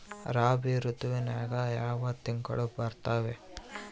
ರಾಬಿ ಋತುವಿನ್ಯಾಗ ಯಾವ ತಿಂಗಳು ಬರ್ತಾವೆ?